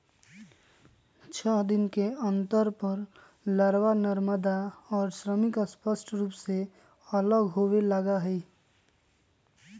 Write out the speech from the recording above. छः दिन के अंतर पर लारवा, नरमादा और श्रमिक स्पष्ट रूप से अलग होवे लगा हई